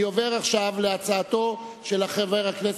אני קובע שהצעת חוק יום הסטודנט הלאומי,